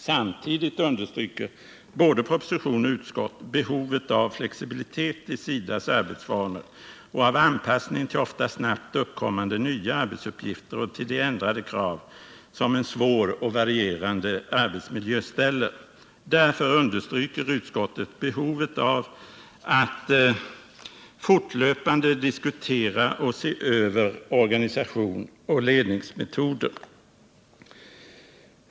Samtidigt understryks i både propositionen och utskottsbetänkandet behovet av flexibilitet i SIDA:s arbetsformer och av en anpassning till ofta snabbt uppkommande nya arbetsuppgifter liksom till de ändrade krav som en svår och varierande arbetsmiljö ställer. Därför understryker utskottet behovet av att fortlöpande diskutera och se över organisation och ledningsmetoder.